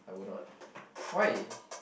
I will not why